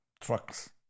Trucks